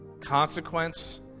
consequence